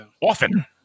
often